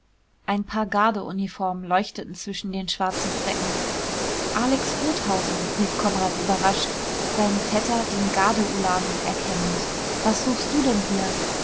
ein paar gardeuniformen leuchteten zwischen den schwarzen fräcken alex rothausen rief konrad überrascht seinen vetter den gardeulanen erkennend was suchst du denn hier